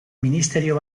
ministerio